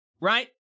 right